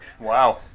Wow